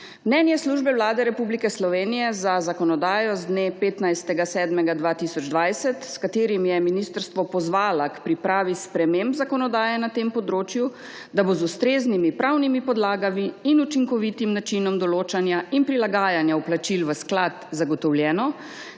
mnenje Službe Vlade Republike Slovenije za zakonodajo z dne 15. 7. 2020, s katerim je ministrstvo pozvalo k pripravi sprememb zakonodaje na tem področju, da bo z ustreznimi pravnimi podlagami in učinkovitim načinom določanja in prilagajanja vplačil v sklad zagotovljeno,